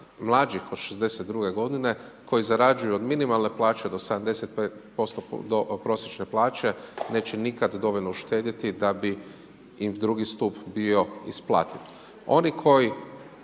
mlađih od 62.godine koji zarađuju od minimalne plaće do 75% do prosječne plaće neće nikada dovoljno uštedjeti da bi im drugi stup bio isplativ. Oni koji